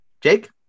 jake